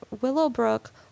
Willowbrook